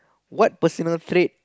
what personal trait